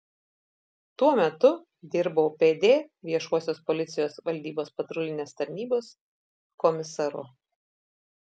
tuo metu dirbau pd viešosios policijos valdybos patrulinės tarnybos komisaru